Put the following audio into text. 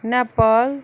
Nepal